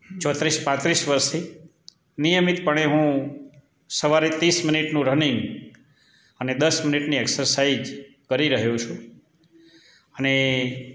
ચોત્રીસ પાંત્રીસ વર્ષથી નિયમિત પણે હું સવારે ત્રીસ મિનિટનું રનિંગ અને દસ મિનિટની એક્સરસાઈજ કરી રહ્યો છું અને